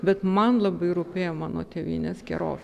bet man labai rūpėjo mano tėvynės gerovė